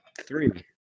Three